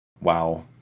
Wow